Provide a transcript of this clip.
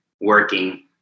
working